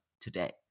today